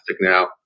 now